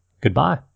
Goodbye